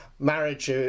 Marriage